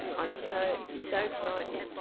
i'm so so frightened,